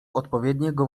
odpowiedniego